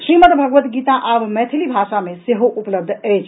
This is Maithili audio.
श्रीमद्भगवत गीता आब मैथिली भाषा मे सेहो उपलब्ध अछि